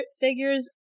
figures